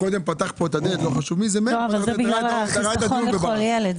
זה בגלל החיסכון לכל ילד.